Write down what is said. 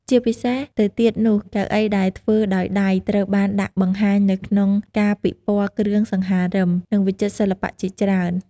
ជាពិសេសទៅទៀតនោះ កៅអីដែលធ្វើដោយដៃត្រូវបានដាក់បង្ហាញនៅក្នុងការពិព័រណ៍គ្រឿងសង្ហារឹម និងវិចិត្រសិល្បៈជាច្រើន។